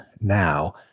now